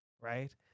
Right